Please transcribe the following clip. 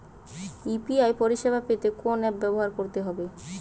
UPI পরিসেবা পেতে কোন অ্যাপ ব্যবহার করতে হবে?